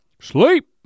Sleep